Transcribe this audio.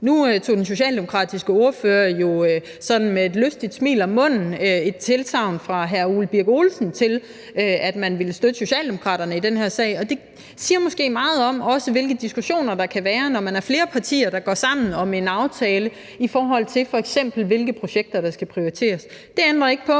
Nu modtog den socialdemokratiske ordfører jo sådan med et lystigt smil om munden et tilsagn fra hr. Ole Birk Olesen om, at man ville støtte Socialdemokraterne i den her sag, og det siger måske også meget om, hvilke diskussioner der kan være, når man er flere partier, der går sammen om en aftale, i forhold til f.eks. hvilke projekter der skal prioriteres. Det ændrer ikke på,